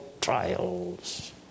trials